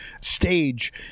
stage